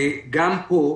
גם פה,